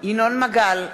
ינון מגל,